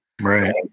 Right